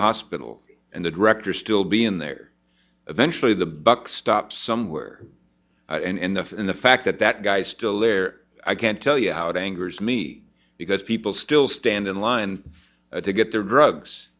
hospital and the director still be in there eventually the buck stop somewhere in the in the fact that that guy still there i can't tell you how it angers me because people still stand in line to get their